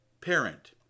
Parent